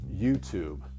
YouTube